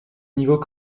niveau